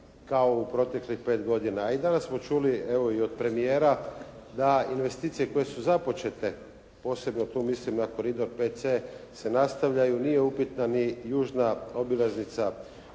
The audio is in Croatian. kao u proteklih 5 godina. A i danas smo čuli evo i od premijera, da investicije koje su započete posebno tu mislim na koridor 5C se nastavljaju. Nije upitna ni južna obilaznica